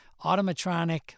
automatronic